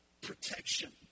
Protection